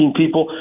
people